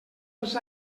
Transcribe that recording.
els